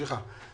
למעשה,